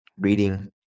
reading